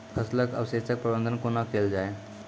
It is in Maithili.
फसलक अवशेषक प्रबंधन कूना केल जाये?